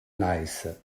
neiße